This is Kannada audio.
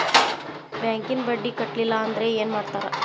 ಬ್ಯಾಂಕಿನ ಬಡ್ಡಿ ಕಟ್ಟಲಿಲ್ಲ ಅಂದ್ರೆ ಏನ್ ಮಾಡ್ತಾರ?